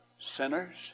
sinners